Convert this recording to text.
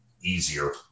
easier